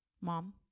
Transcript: Mom